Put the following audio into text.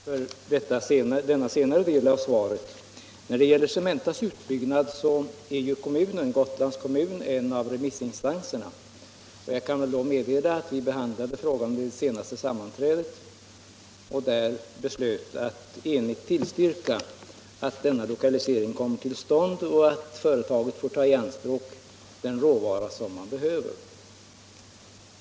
Herr talman! Jag tackar för denna senare del av svaret. När det gäller Cementas utbyggnad, så är ju Gotlands kommun en av remissinstanserna. Jag kan meddela att vi behandlade frågan vid det senaste fullmäktigesammanträdet och då enhälligt beslöt att tillstyrka att denna lokalisering kommer till stånd och att företaget får ta i anspråk den råvara som det behöver.